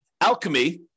Alchemy